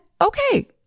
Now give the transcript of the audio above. okay